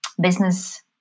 business